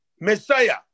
Messiah